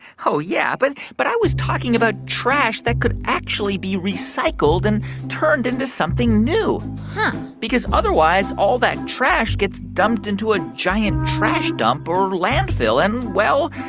oh, yeah but but i was talking about trash that could actually be recycled and turned into something new huh because, otherwise, all that trash gets dumped into a giant trash dump or landfill, and, well,